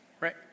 right